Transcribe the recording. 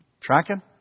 Tracking